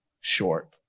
short